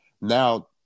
Now